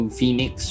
Phoenix